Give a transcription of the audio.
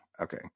Okay